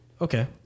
Okay